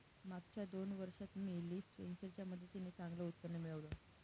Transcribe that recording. मागच्या दोन वर्षात मी लीफ सेन्सर च्या मदतीने चांगलं उत्पन्न मिळवलं